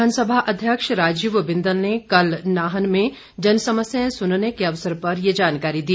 विधानसभा अध्यक्ष राजीव बिंदल ने कल नाहन में जनसमस्याएं सुनने के अवसर पर ये जानकारी दी